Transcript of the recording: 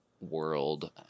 world